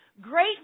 Great